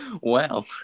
Wow